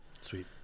Sweet